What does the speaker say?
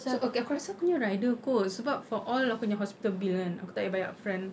so okay aku rasa aku rider kot sebab for all aku punya hospital bill kan aku tak payah bayar upfront